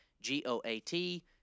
G-O-A-T